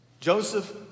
Joseph